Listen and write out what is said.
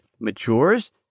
matures